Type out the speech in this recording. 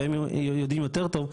והם יודעים יותר טוב,